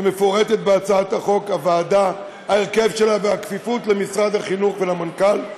ומפורטים בהצעת החוק הוועדה ההרכב שלה והכפיפות למשרד החינוך ולמנכ"ל,